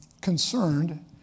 concerned